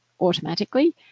automatically